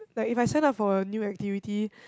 like if I sign up for a new activity